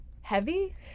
heavy